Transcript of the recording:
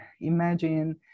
imagine